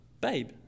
babe